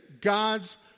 God's